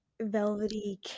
velvety